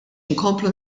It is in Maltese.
inkomplu